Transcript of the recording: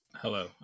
Hello